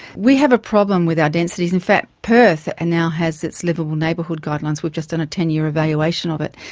we have a problem with our densities. in fact perth and now has its liveable neighbourhood guidelines, we've just done a ten year evaluation of it,